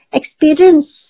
experience